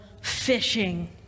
fishing